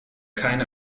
keine